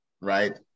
Right